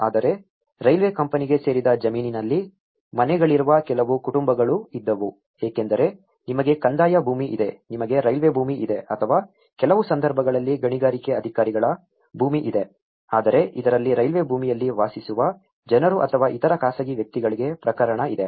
ಆದರೆ ರೈಲ್ವೆ ಕಂಪನಿಗೆ ಸೇರಿದ ಜಮೀನಿನಲ್ಲಿ ಮನೆಗಳಿರುವ ಕೆಲವು ಕುಟುಂಬಗಳೂ ಇದ್ದವು ಏಕೆಂದರೆ ನಿಮಗೆ ಕಂದಾಯ ಭೂಮಿ ಇದೆ ನಿಮಗೆ ರೈಲ್ವೆ ಭೂಮಿ ಇದೆ ಅಥವಾ ಕೆಲವು ಸಂದರ್ಭಗಳಲ್ಲಿ ಗಣಿಗಾರಿಕೆ ಅಧಿಕಾರಿಗಳ ಭೂಮಿ ಇದೆ ಆದರೆ ಇದರಲ್ಲಿ ರೈಲ್ವೆ ಭೂಮಿಯಲ್ಲಿ ವಾಸಿಸುವ ಜನರು ಅಥವಾ ಇತರ ಖಾಸಗಿ ವ್ಯಕ್ತಿಗಳಿಗೆ ಪ್ರಕರಣ ಇದೆ